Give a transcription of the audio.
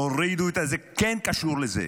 תורידו ------ זה כן קשור לזה,